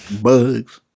Bugs